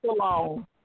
alone